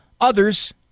others